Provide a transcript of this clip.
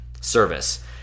service